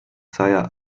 saja